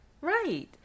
Right